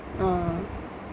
uh